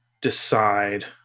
decide